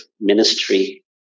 ministry